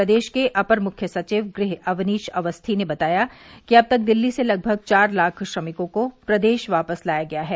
प्रदेश के अपर मुख्य सचिव गृह अवनीश अवस्थी ने बताया कि अब तक दिल्ली से लगभग चार लाख श्रमिकों को प्रदेश वापस लाया गया है